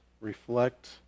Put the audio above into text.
reflect